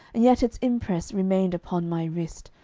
and yet its impress remained upon my wrist,